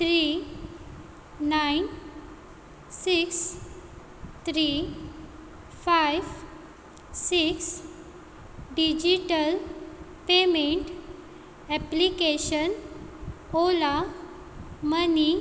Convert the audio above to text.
three nine six three five six digital payment application ola money